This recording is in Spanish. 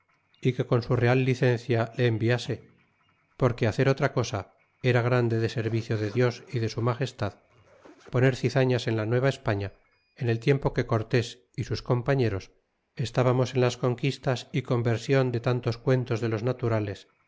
real licencia le enviase porque hacer otra cosa era grande deservido de dios y de su magestad poner zizañas en la nueva españa en el tiempo que cortés y sus compañeros estábamos en las conquistas y conversion de tantos cuentos de los naturales